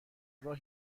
راه